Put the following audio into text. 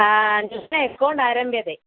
नूतन एकौण्ट् आरभ्यते